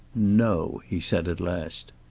no he said at last.